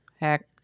heck